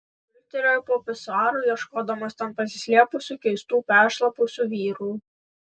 žvilgtelėjau po pisuaru ieškodamas ten pasislėpusių keistų peršlapusių vyrų